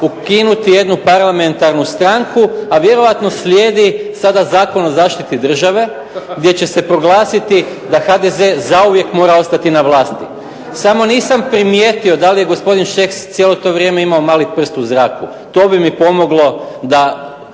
ukinuti jednu parlamentarnu stranku, a vjerojatno slijedi sada Zakon o zaštiti države gdje će se proglasiti da HDZ zauvijek mora ostati na vlasti. Samo nisam primijetio da li je gospodin Šeks cijelo to vrijeme imao mali prst u zraku, to bi mi pomoglo da